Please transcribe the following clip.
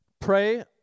pray